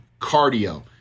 cardio